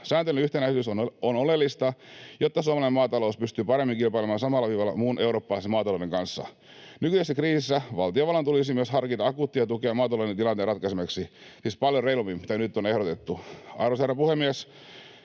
Sääntelyn yhtenäisyys on oleellista, jotta suomalainen maatalous pystyy paremmin kilpailemaan samalla viivalla muun eurooppalaisen maatalouden kanssa. Nykyisessä kriisissä valtiovallan tulisi myös harkita akuuttia tukea maatalouden tilanteen ratkaisemiseksi, siis paljon reilummin kuin nyt on ehdotettu. Arvoisa herra puhemies!